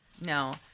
no